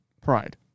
Pride